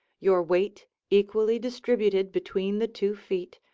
your weight equally distributed between the two feet,